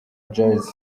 jazz